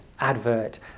advert